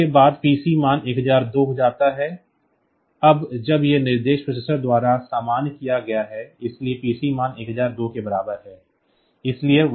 अब उसके बाद PC मान 1002 हो जाता है अब जब यह निर्देश प्रोसेसर द्वारा सामना किया गया है इसलिए PC मान 1002 के बराबर है